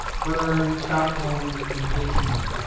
berne, stockholm and peking.